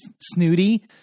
snooty